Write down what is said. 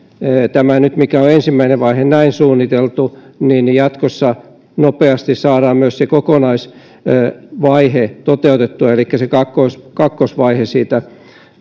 tämä ensimmäinen vaihe mikä on näin suunniteltu ja jatkossa nopeasti saadaan myös se kokonaisvaihe toteutettua elikkä se kakkosvaihe siitä